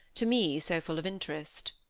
to me, so full of interest.